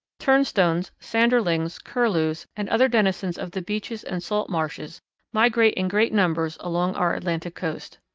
turnstones, sanderlings, curlews, and other denizens of the beaches and salt marshes migrate in great numbers along our atlantic coast.